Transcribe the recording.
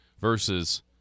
Versus